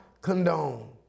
condone